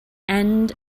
end